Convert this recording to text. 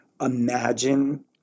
imagine